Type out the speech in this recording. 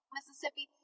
Mississippi